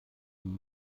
viel